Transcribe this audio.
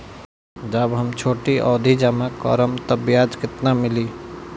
जब हम छोटी अवधि जमा करम त ब्याज केतना मिली?